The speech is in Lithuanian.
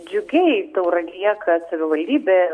džiugiai tauragėje kad savivaldybė